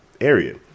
area